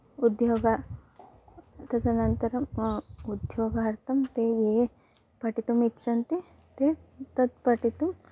उद्योगः तदनन्तरम् उद्योगार्थं ते ये ये पठितुमिच्छन्ति तत् पठितुं